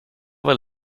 weil